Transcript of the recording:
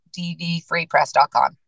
dvfreepress.com